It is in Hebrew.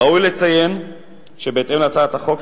ראוי לציין שבהתאם להצעת החוק,